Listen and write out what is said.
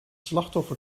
slachtoffer